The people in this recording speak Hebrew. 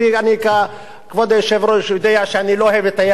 כבוד היושב-ראש יודע שאני לא אוהב לטייח דברים.